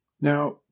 Now